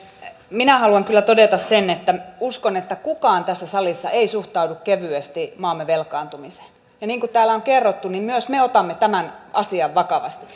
minä haluan kyllä todeta sen että uskon että kukaan tässä salissa ei suhtaudu kevyesti maamme velkaantumiseen ja niin kuin täällä on kerrottu myös me otamme tämän asian vakavasti